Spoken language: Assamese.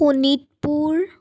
শোণিতপুৰ